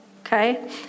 okay